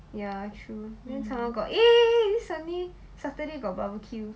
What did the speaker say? ya true eh eh eh this sunday saturday got a sunny saturday got barbecue